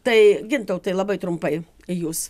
tai gintautai labai trumpai jūs